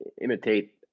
imitate